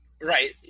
right